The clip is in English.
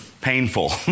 painful